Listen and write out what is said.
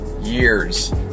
years